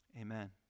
amen